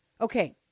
Okay